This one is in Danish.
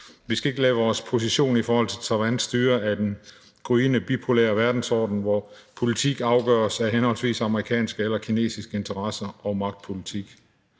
Vi skal ikke lade vores position i forhold til Taiwan styre af den gryende bipolære verdensorden, hvor politik afgøres af henholdsvis amerikanske og kinesiske interesser og magtpolitik